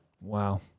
Wow